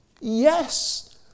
yes